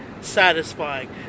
satisfying